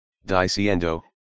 diciendo